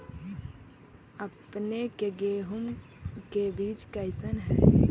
अपने के गेहूं के बीज कैसन है?